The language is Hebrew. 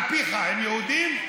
על פיך הם יהודים?